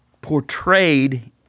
portrayed